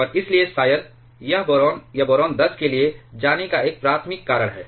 और इसलिए शायद यह बोरान या बोरान 10 के लिए जाने का एक प्राथमिक कारण है